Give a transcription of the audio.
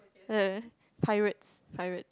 pirates pirate